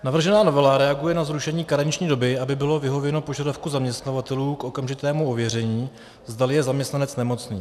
Navržená novela reaguje na zrušení karenční doby, aby bylo vyhověno požadavku zaměstnavatelů k okamžitému ověření, zdali je zaměstnanec nemocný.